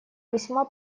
весьма